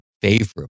favorable